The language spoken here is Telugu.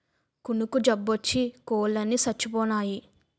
కునుకు జబ్బోచ్చి కోలన్ని సచ్చిపోనాయి